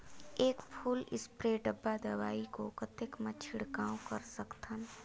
एक full spray डब्बा दवाई को कतेक म छिड़काव कर सकथन?